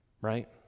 right